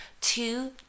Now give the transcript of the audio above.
Two